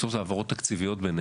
ובסוף מדובר בהעברות תקציביות ביניהן.